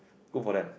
good for them